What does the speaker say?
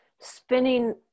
spinning